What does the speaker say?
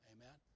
Amen